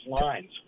lines